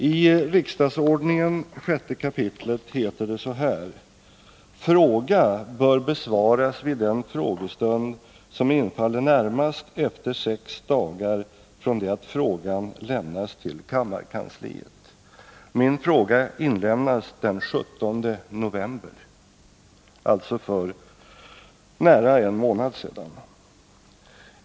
I riksdagsordningen 6 kap. heter det: ”Fråga bör besvaras vid den frågestund som infaller närmast efter sex dagar från det att frågan lämnades till kammarkansliet.” Min fråga inlämnades den 17 november, alltså för nära en månad sedan.